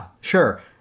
sure